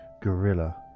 gorilla